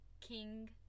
King